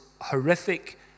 horrific